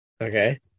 okay